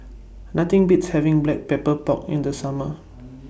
Nothing Beats having Black Pepper Pork in The Summer